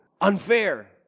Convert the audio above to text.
unfair